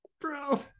bro